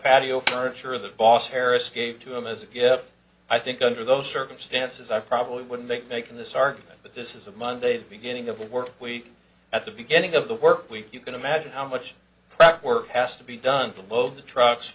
patio furniture the boss harris gave to him as of yet i think under those circumstances i probably wouldn't be making this argument but this is a monday the beginning of the work week at the beginning of the work week you can imagine how much practice work has to be done to load the trucks